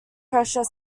pressure